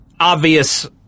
obvious